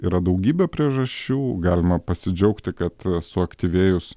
yra daugybė priežasčių galima pasidžiaugti kad suaktyvėjus